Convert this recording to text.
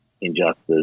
injustice